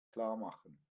klarmachen